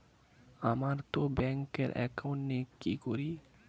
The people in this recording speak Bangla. আমারতো ব্যাংকে একাউন্ট নেই কি করি?